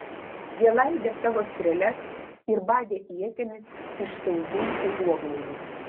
jie laidė savo strėles ir badė ietimis iš saugių užuoglaudų